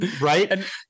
right